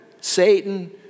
Satan